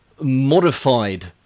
modified